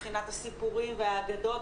מבחינת הסיפורים והאגדות,